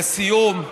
לסיום,